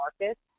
markets